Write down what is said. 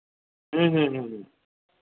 ᱦᱮᱸ ᱦᱮᱸ